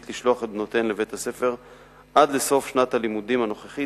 לשלוח את בנותיהם לבית-הספר עד סוף שנת הלימודים הנוכחית,